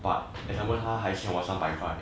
but example 他还是欠我三百块